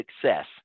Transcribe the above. success